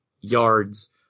yards